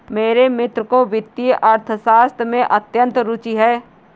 मेरे मित्र को वित्तीय अर्थशास्त्र में अत्यंत रूचि है